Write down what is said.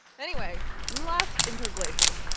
anyway, in last interglacial,